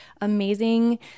amazing